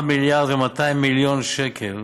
4.2 מיליארד שקל,